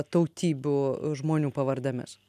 tautybių žmonių pavardėmis